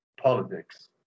politics